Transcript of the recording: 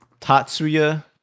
Tatsuya